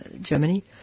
Germany